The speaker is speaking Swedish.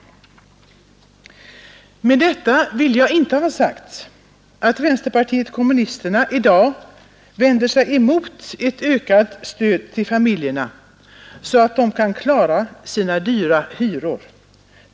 Med detta vill jag inte ha sagt, att vänsterpartiet kommunisterna i dag vänder sig emot ett ökat stöd till familjerna så att de kan klara sina dyra hyror.